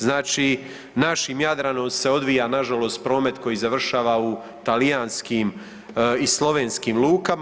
Znači našim Jadranom se odvija na žalost promet koji završava u talijanskim i slovenskim lukama.